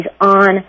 on